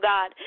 God